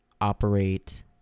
operate